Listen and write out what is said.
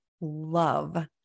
love